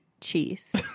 Cheese